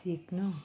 सिक्नु